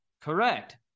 correct